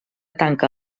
tanca